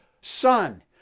son